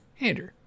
Andrew